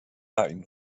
ein